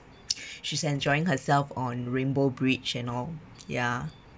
she's enjoying herself on rainbow bridge and all ya